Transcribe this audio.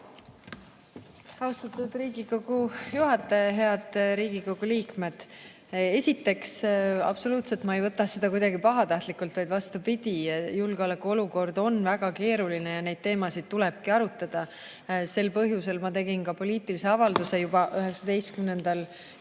Austatud Riigikogu juhataja! Head Riigikogu liikmed! Esiteks, absoluutselt ma ei võta seda kuidagi pahatahtlikult, vaid vastupidi, julgeolekuolukord on väga keeruline ja neid teemasid tulebki arutada. Sel põhjusel ma tegin ka juba 19.